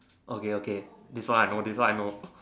okay okay this one I know this one I know